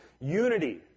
unity